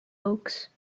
oaks